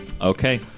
Okay